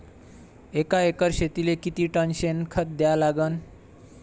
एका एकर शेतीले किती टन शेन खत द्या लागन?